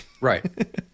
Right